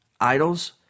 idols